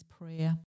prayer